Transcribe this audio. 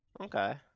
Okay